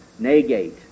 negate